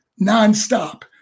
nonstop